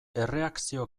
erreakzio